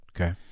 Okay